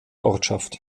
ortschaft